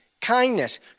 kindness